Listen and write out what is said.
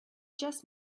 just